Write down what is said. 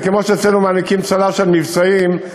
זה כמו שאצלנו מעניקים צל"ש על מבצעים,